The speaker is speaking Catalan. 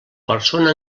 persona